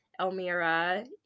Elmira